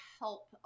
help